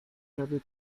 prawie